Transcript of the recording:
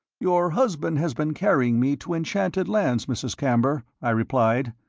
your husband has been carrying me to enchanted lands, mrs. camber, i replied.